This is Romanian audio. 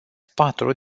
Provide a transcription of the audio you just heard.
patru